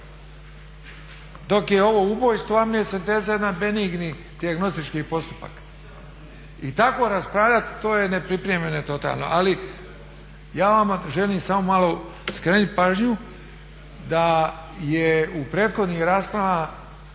Dok je ovo ubojstvo amniocenteza je jedan benigni dijagnostički postupak. I tako raspravljat to je nepripremljeno totalno. Ali ja vama želim samo malo skrenut pažnju da je u prethodnim raspravama